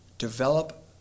develop